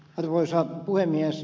arvoisa puhemies